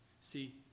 See